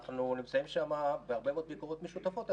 אנחנו נמצאים שם בהרבה מאוד ביקורות משותפות,